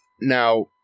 Now